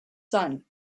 son